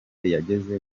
yageze